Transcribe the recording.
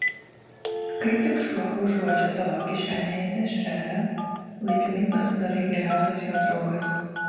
kai tik šuo užuodžia tavo kišenėje dešrelę laikinai pasidarai geriausias jo draugas